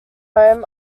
home